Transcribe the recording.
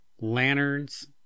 lanterns